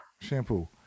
Shampoo